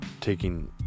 taking